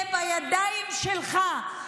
זה בידיים שלך.